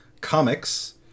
comics